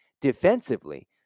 defensively